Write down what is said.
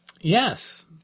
Yes